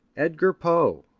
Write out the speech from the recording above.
edgar poe,